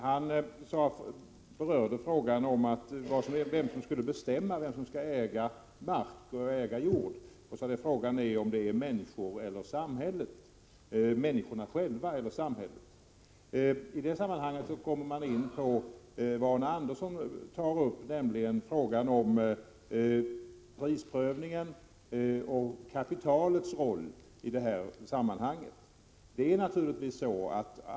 Han berörde frågan, vem som skall bestämma vem som skall äga jord och sade: Frågan är om det är människorna själva eller samhället. I det sammanhanget kommer man in på vad Arne Andersson i Ljung nu tar upp, nämligen frågan om prisprövningen och kapitalets roll i det här sammanhanget.